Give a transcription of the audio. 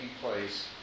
place